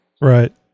Right